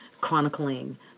chronicling